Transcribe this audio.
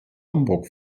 hamburg